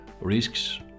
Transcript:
risks